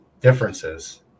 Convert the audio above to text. differences